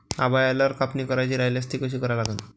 आभाळ आल्यावर कापनी करायची राह्यल्यास ती कशी करा लागन?